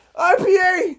IPA